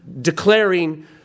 declaring